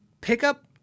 pickup